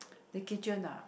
the kitchen ah